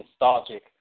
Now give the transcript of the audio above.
nostalgic